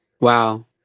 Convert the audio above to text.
Wow